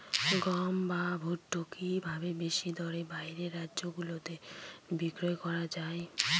গম বা ভুট্ট কি ভাবে বেশি দরে বাইরের রাজ্যগুলিতে বিক্রয় করা য়ায়?